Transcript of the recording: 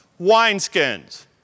wineskins